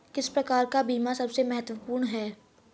किस प्रकार का बीमा सबसे महत्वपूर्ण है?